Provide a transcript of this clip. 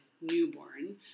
newborn